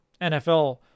NFL